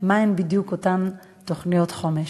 מה הן בדיוק אותן תוכניות חומש.